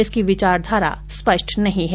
इसकी विचारधारा स्पष्ट नहीं हैं